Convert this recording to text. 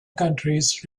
countries